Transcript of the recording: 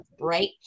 right